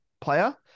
player